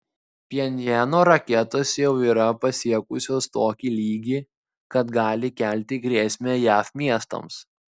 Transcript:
pchenjano raketos jau yra pasiekusios tokį lygį kad gali kelti grėsmę jav miestams